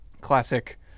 classic